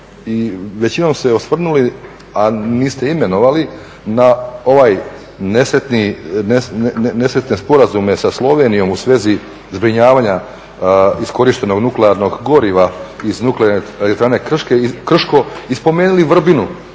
većinom se osvrnuli, a niste imenovali na ove nesretne sporazume sa Slovenijom u svezi zbrinjavanja iskorištenog nuklearnog goriva iz Nuklearne elektrane Krško i spomenuli Vrbinu